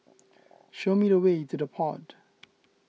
show me the way to the Pod